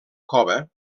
cova